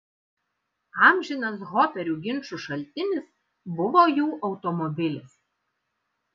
amžinas hoperių ginčų šaltinis buvo jų automobilis